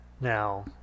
now